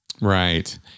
right